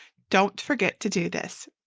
don't forget to do this.